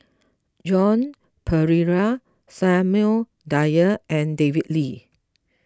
Joan Pereira Samuel Dyer and David Lee